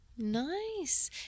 Nice